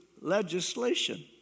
legislation